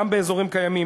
גם באזורים קיימים,